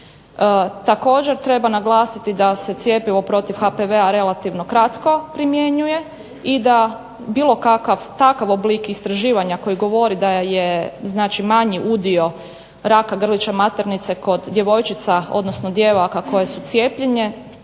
Također treba naglasiti da se cjepivo protiv HPV-a relativno kratko primjenjuje i da bilo kakav takav oblik istraživanja koji govori da je manji udio raka grlića maternice kod djevojčica odnosno djevojaka koje su cijepljenje,